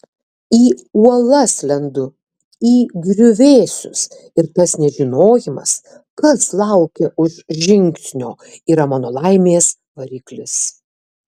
į uolas lendu į griuvėsius ir tas nežinojimas kas laukia už žingsnio yra mano laimės variklis